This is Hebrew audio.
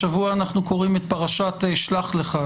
השבוע אנחנו קוראים את פרשת שלח לך,